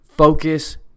Focus